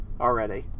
already